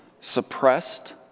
suppressed